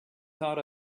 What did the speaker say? thought